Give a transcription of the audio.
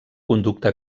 conducte